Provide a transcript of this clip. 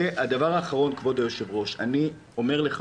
דבר אחרון, אדוני היושב-ראש: אני אומר לך